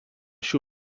šių